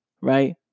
right